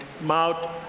mouth